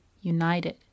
united